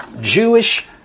Jewish